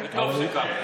וטוב שכך.